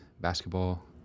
basketball